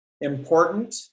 important